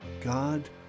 God